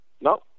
No